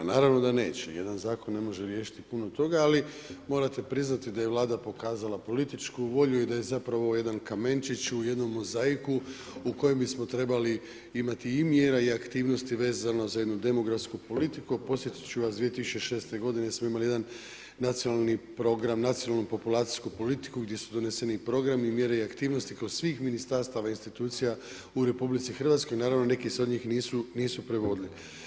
Naravno da neće, jedan zakon ne može riješiti puno toga, ali morate priznati da je Vlada pokazala političku volju i da je zapravo ovo jedan kamenčić u jednom mozaiku u kojem bismo trebali imati i mjera i aktivnosti vezano za jednu demografsku politiku, a podsjetit ću vas 2006. godine smo imali jedan nacionalni program, nacionalnu populacijsku politiku gdje su doneseni i programi i mjere i aktivnosti kod svih ministarstava, institucija u RH, naravno neki se od njih nisu provodili.